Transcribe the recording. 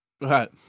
Right